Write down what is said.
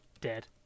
Dead